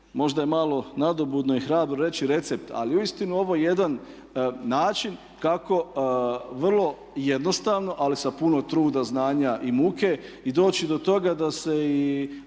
možda je malo nadobudno i hrabro reći recept, ali uistinu ovo je jedan način kako vrlo jednostavno ali sa puno truda, znanja i muke i doći do toga da se i